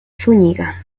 zúñiga